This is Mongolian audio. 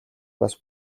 бас